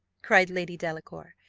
cried lady delacour,